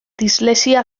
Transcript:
dislexia